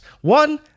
One